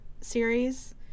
series